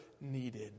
needed